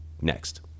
next